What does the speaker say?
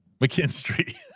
McKinstry